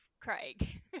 Craig